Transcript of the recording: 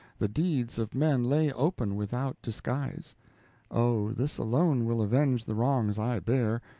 the deeds of men lay open without disguise oh, this alone will avenge the wrongs i bear,